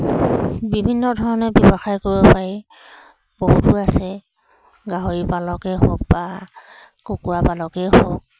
বিভিন্ন ধৰণে ব্যৱসায় কৰিব পাৰি বহুতো আছে গাহৰি পালকে হওক বা কুকুৰা পালকেই হওক